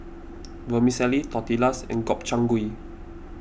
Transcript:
Vermicelli Tortillas and Gobchang Gui